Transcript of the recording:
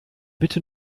bitte